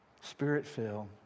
Spirit-filled